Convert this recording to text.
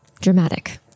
dramatic